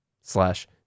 slash